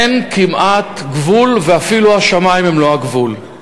אין כמעט גבול ואפילו השמים הם לא הגבול.